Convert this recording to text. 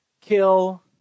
kill